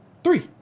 Three